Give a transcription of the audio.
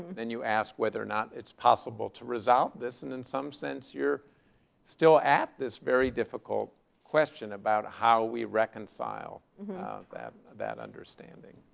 and you ask whether or not it's possible to resolve this, and in some sense you're still at this very difficult question about how we reconcile that that understanding.